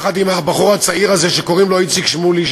יחד עם הבחור הצעיר הזה שקוראים לו איציק שמולי,